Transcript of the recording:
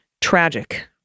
tragic